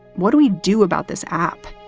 what do we do about this app?